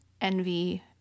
envy